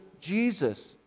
Jesus